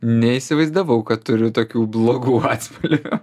neįsivaizdavau kad turiu tokių blogų atspalvių